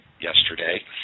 yesterday